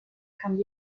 kam